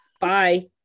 Bye